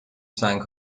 سنگ